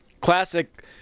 classic